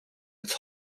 its